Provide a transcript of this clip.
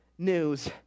news